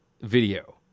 video